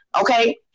okay